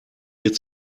wird